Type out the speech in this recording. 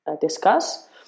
discuss